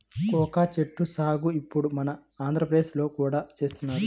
cocoa చెట్ల సాగు ఇప్పుడు మన ఆంధ్రప్రదేశ్ లో కూడా చేస్తున్నారు